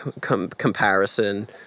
comparison